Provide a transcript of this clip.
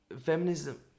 feminism